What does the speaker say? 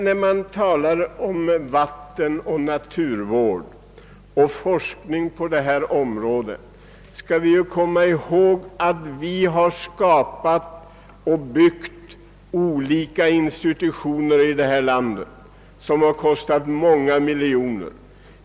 När vi talar om vattenoch naturvård och forskning på detta område, bör vi komma ihåg att vi i det här landet har skapat olika institutioner som kostat många miljoner.